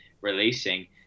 releasing